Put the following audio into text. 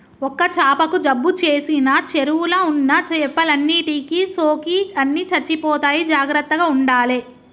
ఒక్క చాపకు జబ్బు చేసిన చెరువుల ఉన్న చేపలన్నిటికి సోకి అన్ని చచ్చిపోతాయి జాగ్రత్తగ ఉండాలే